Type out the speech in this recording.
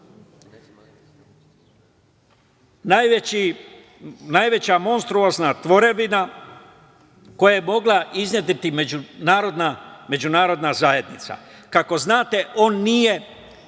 najveća monstruozna tvorevina koju je mogla iznedriti međunarodna zajednica. Kao što znate, on nije